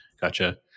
Gotcha